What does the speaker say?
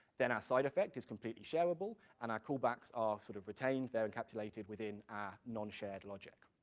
then our side effect is completely sharable, and our callbacks are sort of retained, they're encapsulated within our non-shared logic.